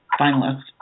finalist